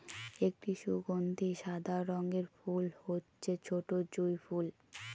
একটি সুগন্ধি সাদা রঙের ফুল হচ্ছে ছোটো জুঁই ফুল